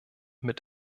mit